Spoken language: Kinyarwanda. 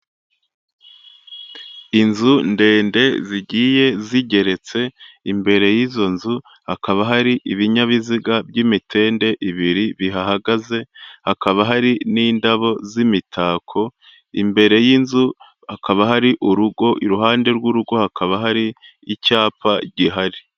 Inzu ndende zigiye zigeretse, imbere y'izo nzu, hakaba hari ibinyabiziga by'imitende ibiri bihahagaze, hakaba hari n'indabo z'imitako, imbere y'inzu hakaba hari urugo, iruhande rw'urugo, hakaba hari icyapa gihari.